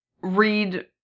read